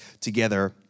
together